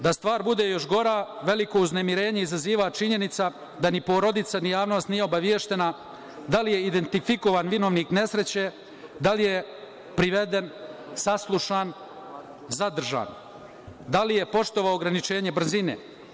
Da stvar bude još gora, veliko uznemirenje izaziva činjenica da ni porodica, ni javnost nije obaveštena da li je identifikovan vinovnik nesreće, da li je priveden, saslušan, zadržan, da li je poštovao ograničenje brzine.